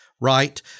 right